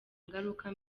ingaruka